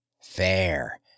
Fair